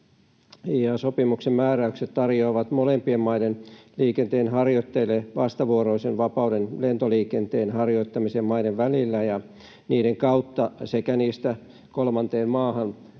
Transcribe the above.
Sopimuksen määräykset tarjoavat molempien maiden liikenteenharjoittajille vastavuoroisen vapauden lentoliikenteen harjoittamiseen maiden välillä ja niiden kautta sekä niistä kolmanteen maahan, kuten